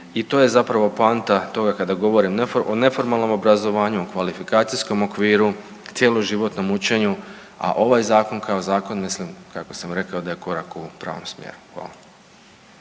i to je zapravo poanta toga kada govorim o neformalnom obrazovanju, o kvalifikacijskom okviru, cjeloživotnom učenju, a ovaj zakon kao zakon mislim kako sam rekao da je korak u pravom smjeru. Hvala.